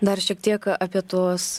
dar šiek tiek apie tuos